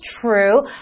true